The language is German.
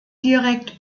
direkt